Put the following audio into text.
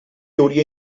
hauria